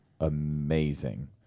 amazing